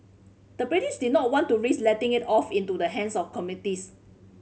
the British did not want to risk letting it fall into the hands of communists